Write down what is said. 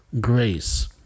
grace